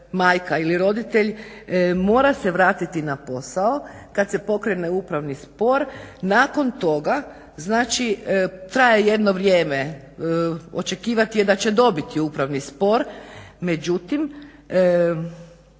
majka ili roditelj mora se vratiti na posao kad se pokrene upravni spor nakon toga znači traje jedno vrijeme očekivat je da će dobiti upravni spor. Međutim